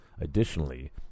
Additionally